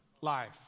life